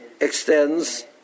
extends